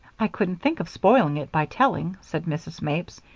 i couldn't think of spoiling it by telling, said mrs. mapes.